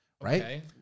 right